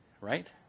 right